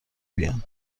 بیان